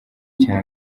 cya